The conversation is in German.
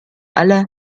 alle